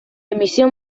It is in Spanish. emisión